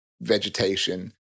vegetation